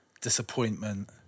disappointment